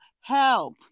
help